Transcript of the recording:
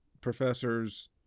professors